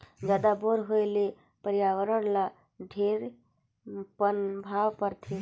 जादा बोर होए ले परियावरण ल ढेरे पनभाव परथे